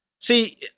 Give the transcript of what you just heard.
see